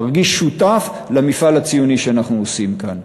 מרגיש שותף למפעל הציוני שאנחנו בונים כאן.